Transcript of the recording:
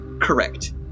Correct